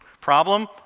Problem